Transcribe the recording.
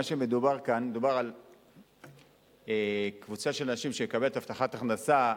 מדובר כאן על קבוצה של אנשים שמקבלת הבטחת הכנסה.